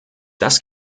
das